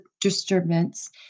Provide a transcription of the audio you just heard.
disturbance